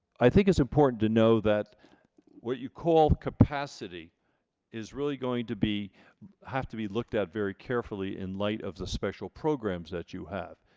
i think it's important to know that what you call capacity is really going to be have to be looked at very carefully in light of the special programs that you have.